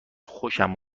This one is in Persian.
خوشم